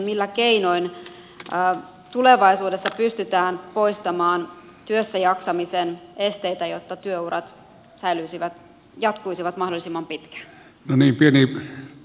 millä keinoin tulevaisuudessa pystytään poistamaan työssäjaksamisen esteitä jotta työurat jatkuisivat mahdollisimman pitkään